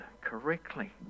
correctly